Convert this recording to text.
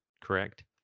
correct